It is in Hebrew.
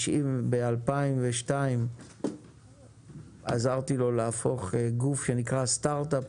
ב-2002 עזרתי לו להפוך גוף שנקרא סטארטאפ